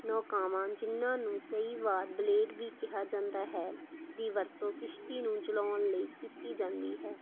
ਨੌਕਾਵਾਂ ਜਿਨ੍ਹਾਂ ਨੂੰ ਕਈ ਵਾਰ ਬਲੇਡ ਵੀ ਕਿਹਾ ਜਾਂਦਾ ਹੈ ਦੀ ਵਰਤੋਂ ਕਿਸ਼ਤੀ ਨੂੰ ਚਲਾਉਣ ਲਈ ਕੀਤੀ ਜਾਂਦੀ ਹੈ